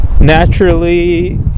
naturally